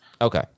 Okay